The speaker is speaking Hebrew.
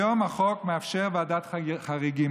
היום החוק מאפשר ועדת חריגים.